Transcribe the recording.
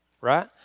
Right